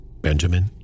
Benjamin